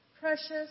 precious